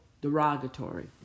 derogatory